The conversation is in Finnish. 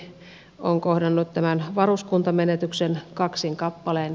keski suomi on kohdannut varuskuntamenetyksen kaksin kappalein